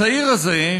הצעיר הזה,